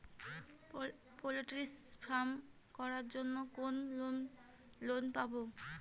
Poultry farm করার জন্য কোন লোন পাব?